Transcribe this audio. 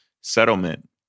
settlement